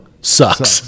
sucks